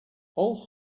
all